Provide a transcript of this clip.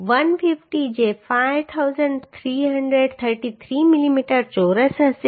150 જે 5333 મિલીમીટર ચોરસ હશે